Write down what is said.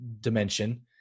dimension